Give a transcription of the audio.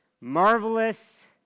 marvelous